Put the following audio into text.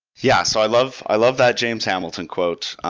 yeah, so i love i love that james hamilton quote.